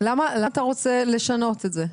למה אתה רוצה לשנות את זה?